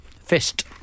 Fist